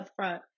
upfront